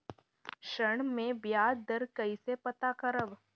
ऋण में बयाज दर कईसे पता करब?